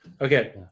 Okay